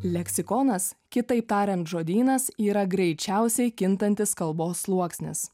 leksikonas kitaip tariant žodynas yra greičiausiai kintantis kalbos sluoksnis